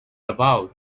about